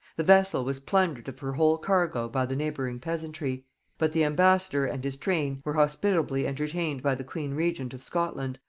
the vessel was plundered of her whole cargo by the neighbouring peasantry but the ambassador and his train were hospitably entertained by the queen-regent of scotland,